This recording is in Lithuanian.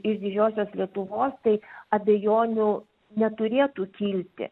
iš didžiosios lietuvos tai abejonių neturėtų kilti